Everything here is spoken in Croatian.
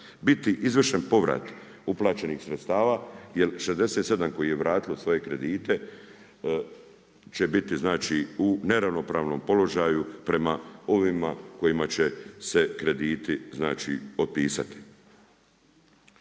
biti izvršen povrat uplaćenih sredstava jel 67 kojih je vratilo svoje kredite će biti u neravnopravnom položaju prema ovima kojima će se krediti otpisati.